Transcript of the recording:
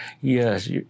Yes